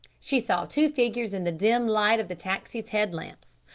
she saw two figures in the dim light of the taxi's head lamps,